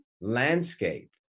landscape